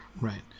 right